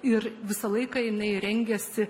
ir visą laiką jinai rengėsi